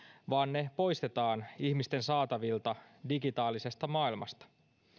vaan ne poistetaan ihmisten saatavilta digitaalisesta maailmasta